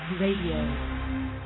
Radio